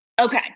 Okay